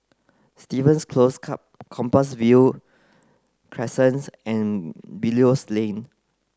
Stevens Close Compassvale Crescent and Belilios Lane